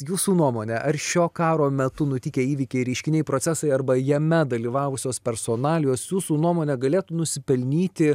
jūsų nuomone ar šio karo metu nutikę įvykiai reiškiniai procesai arba jame dalyvavusios personalijos jūsų nuomone galėtų nusipelnyti